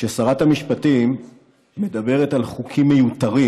כששרת המשפטים מדברת על חוקים מיותרים,